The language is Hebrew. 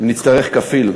אם נצטרך כפיל.